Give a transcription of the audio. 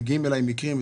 מגיעים אלי מקרים.